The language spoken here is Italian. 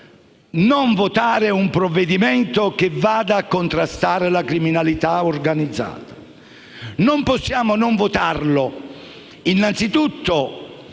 non possiamo non votare un provvedimento di contrasto alla criminalità organizzata e non possiamo non farlo